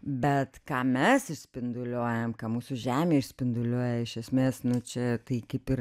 bet ką mes išspinduliuojam ką mūsų žemė išspinduliuoja iš esmės nu čia tai kaip ir